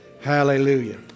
Hallelujah